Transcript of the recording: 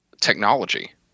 technology